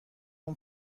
اون